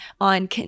on